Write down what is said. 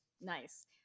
nice